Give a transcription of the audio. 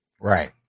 Right